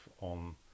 on